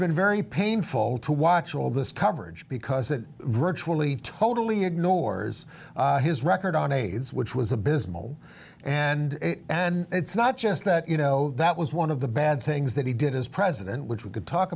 that very painful to watch all of this coverage because it virtually totally ignores his record on aids which was abysmal and it's not just that you know that was one the bad things that he did as president which we could talk